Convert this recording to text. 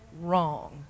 wrong